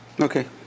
Okay